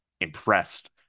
impressed